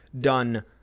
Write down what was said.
done